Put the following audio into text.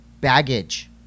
baggage